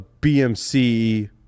BMC